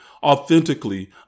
Authentically